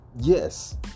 yes